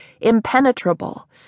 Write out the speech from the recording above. impenetrable